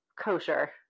kosher